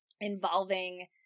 involving